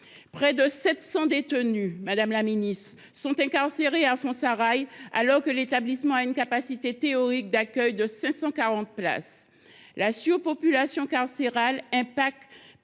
près de 700 détenus sont incarcérés à Fonds Sarail, alors que l’établissement a une capacité théorique d’accueil de 540 places. La surpopulation carcérale touche